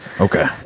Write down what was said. Okay